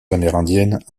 amérindiennes